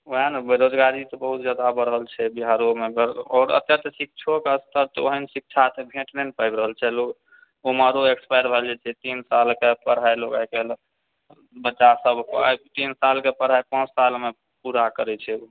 वएह ने बेरोजगारी तऽ बहुत जादा बढ़ल छै बिहारोमे आओर एतऽ तऽ शिक्षोके स्तर तऽ ओहन शिक्षा तऽ भेट नहि पाबि रहल छै उमरो एक्सपायर भऽ जाइ छै तीन सालके पढ़ाइ लोक आइ काल्हि बच्चा सब तीन सालके पढ़ाइ पाँच सालमे पूरा करै छै